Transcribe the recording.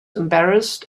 embarrassed